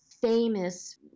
famous